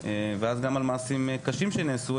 ואז גם על מעשים קשים שנעשו,